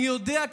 אני יודע,